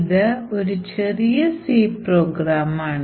ഇത് ചെറിയ C പ്രോഗ്രാമാണ്